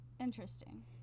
interesting